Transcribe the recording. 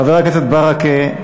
חבר הכנסת ברכה,